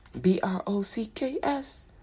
B-R-O-C-K-S